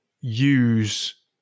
use